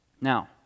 Now